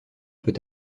peut